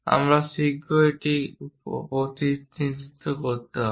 আমরা শীঘ্রই এটি কিভাবে প্রতিনিধিত্ব করতে হবে